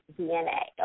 DNA